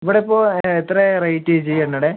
ഇവിടെ ഇപ്പൊൾ എത്രയാ റേറ്റ് എണ്ണെടെ